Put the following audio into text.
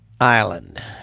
Island